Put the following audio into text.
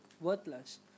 worthless